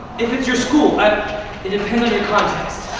if it's your school it depends on your context.